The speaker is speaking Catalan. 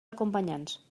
acompanyants